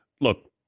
Look